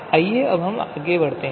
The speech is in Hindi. आइए आगे बढ़ते हैं